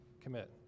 commit